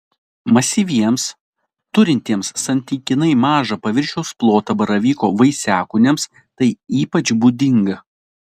masyviems turintiems santykinai mažą paviršiaus plotą baravyko vaisiakūniams tai ypač būdinga